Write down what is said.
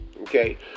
Okay